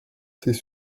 ces